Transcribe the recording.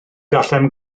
gallem